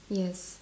yes